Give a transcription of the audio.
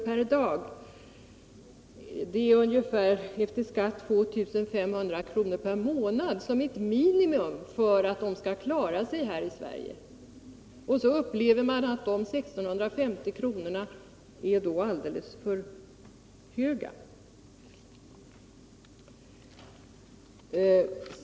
per dag, vilket är ungefär 2 500 kr. per månad efter skatt, som minimum för att kunna klara sig här i Sverige. Och sedan upplever man att 1 650 kr. enligt vpk är alldeles för mycket.